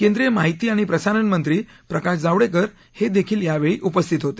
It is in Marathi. केंद्रीय माहिती आणि प्रसारण मंत्री प्रकाश जावडेकर हे देखील यावेळी उपस्थित होते